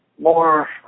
more